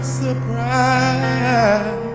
surprise